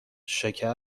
شکر